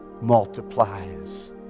multiplies